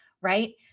right